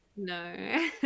no